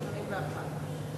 ב-1981,